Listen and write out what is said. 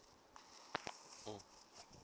mm